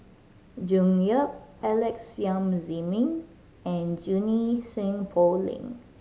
June Yap Alex Yam Ziming and Junie Sng Poh Leng